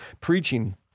preaching